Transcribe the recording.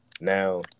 now